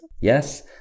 Yes